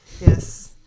Yes